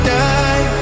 die